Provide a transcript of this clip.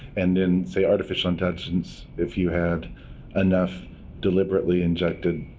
and in, say, artificial intelligence, if you had enough deliberately injected